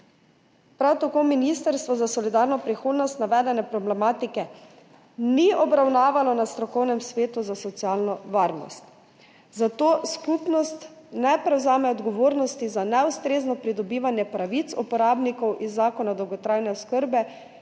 Prav tako Ministrstvo za solidarno prihodnost navedene problematike ni obravnavalo na Strokovnem svetu za socialno varnost, zato skupnost ne prevzame odgovornosti za neustrezno pridobivanje pravic uporabnikov iz Zakona o dolgotrajni oskrbi,